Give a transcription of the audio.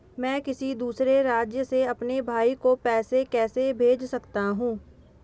मैं किसी दूसरे राज्य से अपने भाई को पैसे कैसे भेज सकता हूं?